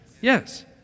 Yes